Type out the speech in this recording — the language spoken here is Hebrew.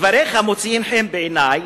דבריך מוצאים חן בעיני,